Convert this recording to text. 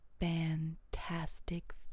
fantastic